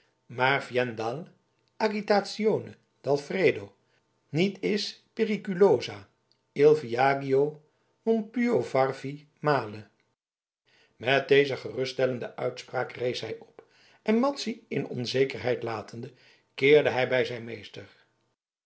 maar vien dall agitazione dal freddo niet is pericolsa il viaggio non pu farvi male met deze geruststellende uitspraak rees hij op en madzy in onzekerheid latende keerde hij bij zijn meester